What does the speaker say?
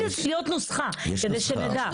חייבת להיות נוסחה כדי שנדע.